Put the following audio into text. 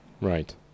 Right